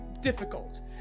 difficult